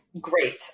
great